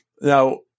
Now